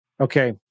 Okay